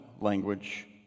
language